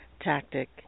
tactic